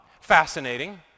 Fascinating